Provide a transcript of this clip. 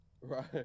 Right